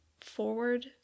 forward